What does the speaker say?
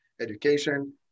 education